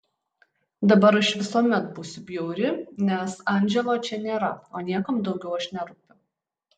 dabar aš visuomet būsiu bjauri nes andželo čia nėra o niekam daugiau aš nerūpiu